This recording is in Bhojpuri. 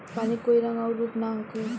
पानी के कोई रंग अउर रूप ना होखें